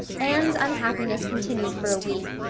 anne's unhappiness continued for a week.